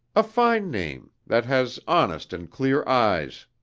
a fine name that has honest and clear eyes.